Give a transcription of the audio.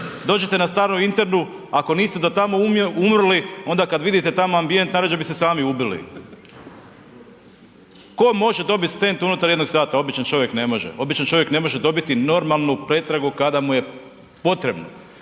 dođete na staru internu ako niste do tamo umrli onda kad vidite tamo ambijent najrađe bi se sami ubili. Tko može dobiti stent unutar jednoga sata? Običan čovjek ne može, običan čovjek ne može dobiti normalnu pretragu kada mu potrebna.